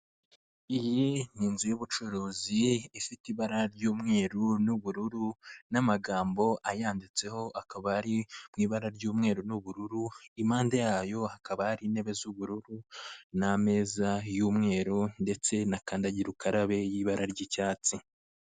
Iyi ni inzu y'ubucuruzi ifite ibara ry'umweru n'ubururu n'amagambo ayanditseho akaba ari mu ibara ry'umweru n'ubururu. Impande yayo hakaba hari intebe z'ubururu n'ameza y'umweru ndetse na kandagira ukarabe y'ibara ry'icyatsi.